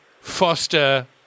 Foster